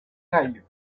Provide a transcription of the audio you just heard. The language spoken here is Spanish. gallo